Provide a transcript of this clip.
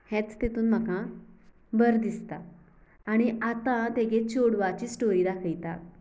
हेंच तेतून म्हाका बरें दिसता आनी आतां तेगे चोडवाची स्टोरी दाखयतात